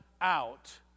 out